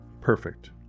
perfect